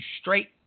straight